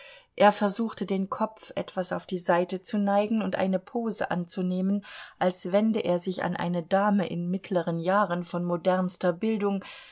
er versuchte den kopf etwas auf die seite zu neigen und eine pose anzunehmen als wende er sich an eine dame in mittleren jahren von modernster bildung